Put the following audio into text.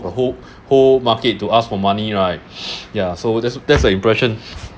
the whole whole market to ask for money right ya so that's that's a impression